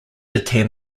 attend